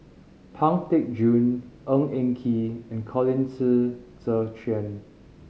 Pang Teck Joon Ng Eng Kee and Colin Qi Zhe Quan